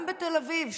גם בתל אביב,